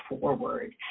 forward